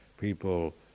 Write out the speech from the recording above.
people